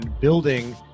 building